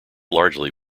largely